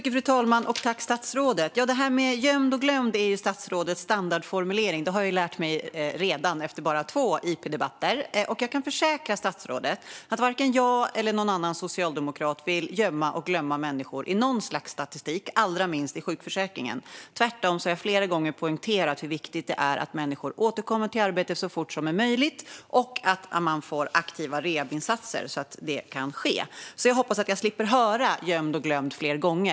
Fru talman! Det här med "gömd och glömd" är statsrådets standarformulering. Det har jag redan lärt mig efter bara två interpellationsdebatter. Jag kan försäkra statsrådet om att varken jag eller någon annan socialdemokrat vill gömma och glömma människor i något slags statistik, allra minst i sjukförsäkringen. Tvärtom har jag flera gånger poängterat hur viktigt det är att människor återkommer till arbete så fort det är möjligt och att man får aktiva rehabinsatser så att det kan ske. Jag hoppas att jag slipper höra "gömd och glömd" fler gånger.